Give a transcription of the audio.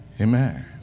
Amen